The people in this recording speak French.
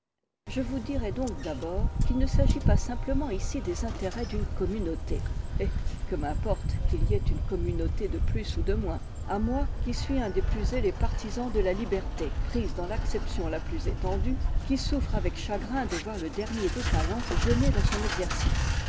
je vous dirai donc d'abord qu'il ne s'agit pas simplement ici des intérêts d'une communauté eh que m'importe qu'il y ait une communauté de plus ou de moins à moi qui suis un des plus zélés partisans de la liberté prise dans l'acception la plus étendue qui souffre avec chagrin de voir le dernier des talents gêné dans son exercice